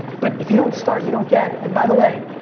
but if you don't start, you don't get. and by the way,